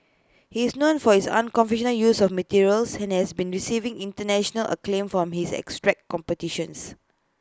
he is known for his unconventional use of materials and has been receiving International acclaim for his abstract compositions